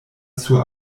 sur